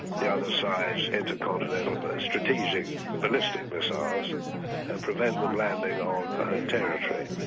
the other side's intercontinental but strategic ballistic missiles and prevent them landing on the home territory.